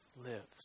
lives